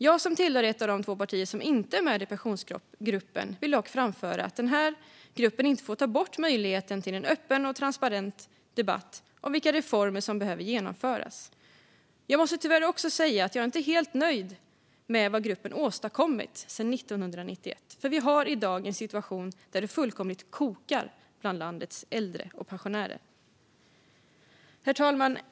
Jag som tillhör ett av de två partier som inte är med i Pensionsgruppen vill dock framföra att gruppen inte får ta bort möjligheten till en öppen och transparent debatt om vilka reformer som behöver genomföras. Jag måste tyvärr också säga att jag inte är helt nöjd med vad gruppen har åstadkommit sedan 1991, för vi har i dag en situation där det fullkomligt kokar bland landets äldre och pensionärer. Herr talman!